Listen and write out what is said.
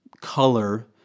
color